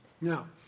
Now